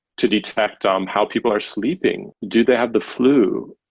to detect um how people are sleeping. do they have the flu?